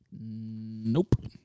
Nope